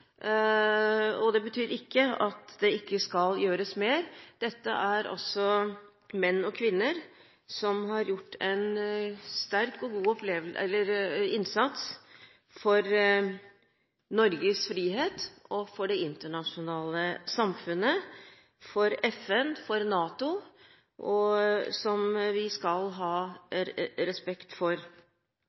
det. Det betyr ikke at det ikke skal gjøres mer. Dette er menn og kvinner som har gjort en sterk og god innsats for Norges frihet og for det internasjonale samfunnet, for FN, for NATO, og det skal vi skal ha respekt for.